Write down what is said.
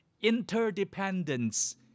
interdependence